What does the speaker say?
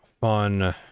fun